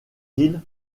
gill